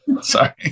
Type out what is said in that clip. Sorry